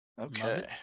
Okay